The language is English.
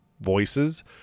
voices